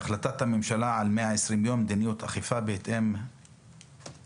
והחלטת הממשלה על קביעת מדיניות אכיפה בתוך 120 ימים?